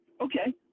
Okay